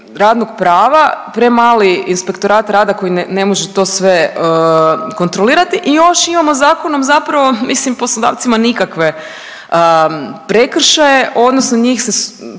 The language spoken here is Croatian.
radnog prava, premali inspektorat rada koji ne može to sve kontrolirati i još imamo zakonom zapravo mislim poslodavcima nikakve prekršaje odnosno njih se